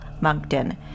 Moncton